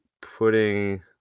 putting